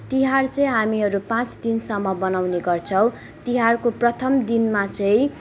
तिहार चाहिँ हामीहरू पाँच दिनसम्म मनाउने गर्छौँ तिहारको प्रथम दिनमा चाहिँ